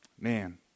Man